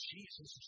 Jesus